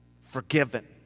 forgiven